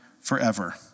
forever